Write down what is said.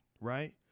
right